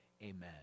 Amen